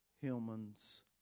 humans